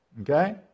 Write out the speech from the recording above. okay